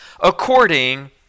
according